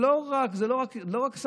ולא רק,